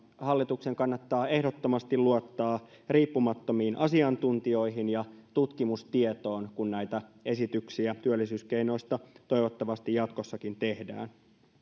hallituksen kannattaa ehdottomasti luottaa riippumattomiin asiantuntijoihin ja tutkimustietoon kun näitä esityksiä työllisyyskeinoista toivottavasti jatkossakin tehdään